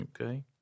Okay